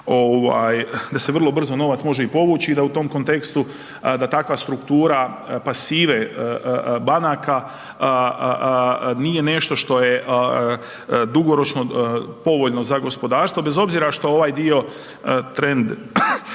da se vrlo brzo novac može i povući i da u tom kontekstu, da takva struktura pasive banaka nije nešto što je dugoročno povoljno za gospodarstvo bez obzira što ovaj dio trend